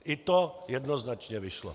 I to jednoznačně vyšlo.